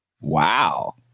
Wow